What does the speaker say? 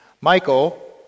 Michael